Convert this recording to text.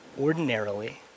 ordinarily